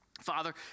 Father